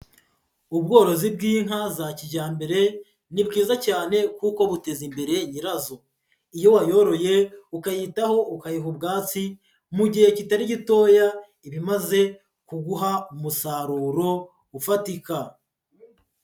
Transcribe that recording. Ubworozi bw'inka za kijyambere ni bwiza cyane kuko buteza imbere nyirazo, iyo wayoroye ukayitaho ukayiha ubwatsi mu gihe kitari gitoya iba imaze kuguha umusaruro ufatika.